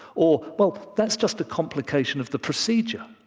or, well, that's just a complication of the procedure.